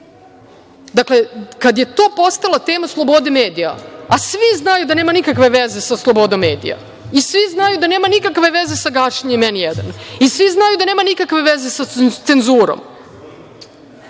gasimo. Dakle, kada je to postala tema slobode medija, a svi znaju da nema nikakve veze sa slobodom medija i svi znaju da nema nikakve veze sa gašenjem „N1“ i svi znaju da nema nikakve veze sa cenzurom,